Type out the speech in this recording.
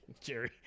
Jerry